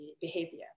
behavior